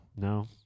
no